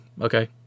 okay